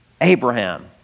Abraham